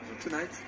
tonight